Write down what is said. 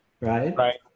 Right